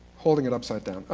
holding it upside down.